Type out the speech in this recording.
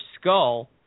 skull